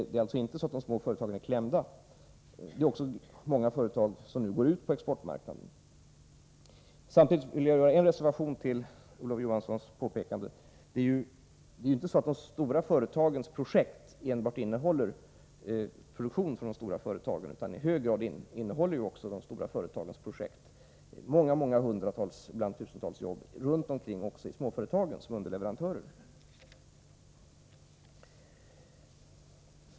— det är alltså inte så att de små företagen är klämda. Det är också många små företag som nu går ut på exportmarknaden. Samtidigt skulle jag vilja göra en reservation till Olof Johanssons påpekande. Det är ju inte så att de stora företagens projekt enbart innehåller produktion för de stora företagen, utan de innehåller också många hundratals och ibland många tusentals jobb i småföretagen som underleverantörer.